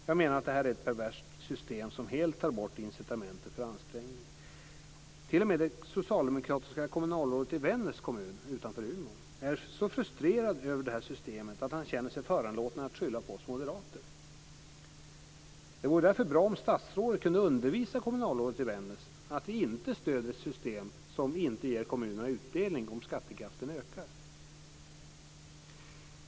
Jag menar att det här är ett perverst system som helt tar bort incitamentet för ansträngning. T.o.m. det socialdemokratiska kommunalrådet i Vännäs kommun utanför Umeå är så frustrerad över systemet att han känner sig föranlåten att skylla på oss moderater. Det vore därför bra om statsrådet kunde undervisa kommunalrådet i Vännäs att vi inte stöder ett system som inte ger kommunerna utdelning om skattekraften ökar.